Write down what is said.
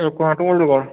इक minute hold कर